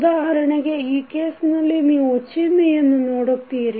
ಉದಾಹರಣೆಗೆ ಈ ಕೇಸ್ನಲ್ಲಿ ನೀವು ಈ ಚಿನ್ಹೆಯನ್ನು ನೋಡುತ್ತೀರಿ